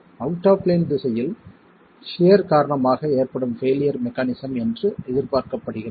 out of plane திசையில் shear காரணமாக ஏற்படும் பெயிலியர் மெக்கானிசம் என்று எதிர்பார்க்கப்படுகிறது